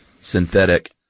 synthetic